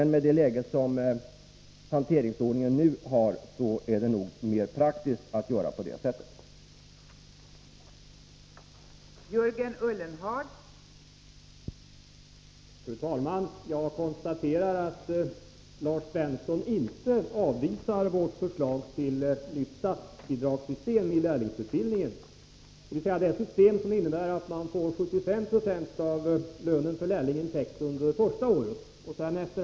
I nuvarande läge är det dock mer praktiskt att göra på det sätt som jag nämnt.